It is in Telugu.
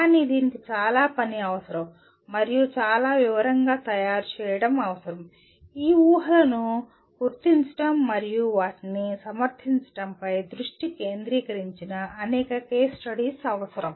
కానీ దీనికి చాలా పని అవసరం మరియు చాలా వివరంగా తయారుచేయడం అవసరం ఊహలను గుర్తించడం మరియు వాటిని సమర్థించడంపై దృష్టి కేంద్రీకరించిన అనేక కేస్ స్టడీస్ అవసరం